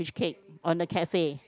which cake on the cafe